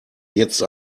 jetzt